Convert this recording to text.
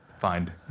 find